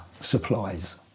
Supplies